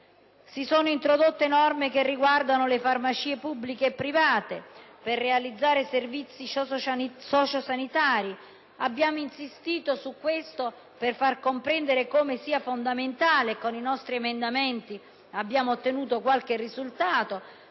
Si sono introdotte norme che riguardano le farmacie pubbliche e private per realizzare servizi socio-sanitari. Abbiamo insistito su questo per far comprendere come sia fondamentale - e con i nostri emendamenti abbiamo ottenuto qualche risultato